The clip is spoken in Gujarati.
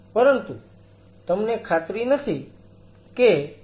પરંતુ તમને ખાતરી નથી કે અહીં હું આ કરી શકું છું